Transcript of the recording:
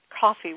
coffee